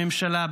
הממשלה,